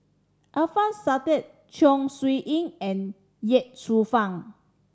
Alfian Sa'at Chong Siew Ying and Ye Shufang